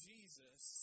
Jesus